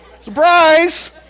Surprise